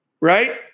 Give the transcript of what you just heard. right